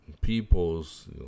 peoples